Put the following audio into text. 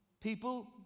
people